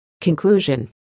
Conclusion